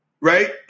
right